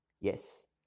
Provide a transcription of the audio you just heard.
Yes